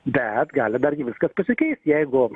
bet gali dargi viskas pasikeist jeigu